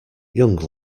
young